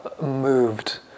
moved